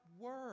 word